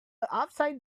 upside